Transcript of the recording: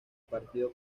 partido